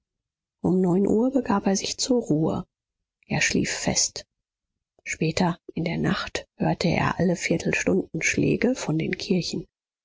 um neun uhr begab er sich zur ruhe er schlief fest später in der nacht hörte er alle viertelstundenschläge von den kirchen